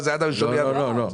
לא,